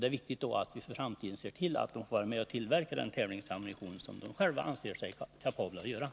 Det är under sådana förhållanden viktigt att företaget får vara med och konkurrera om order på den tävlingsammunition som det självt anser sig kapabelt att tillverka.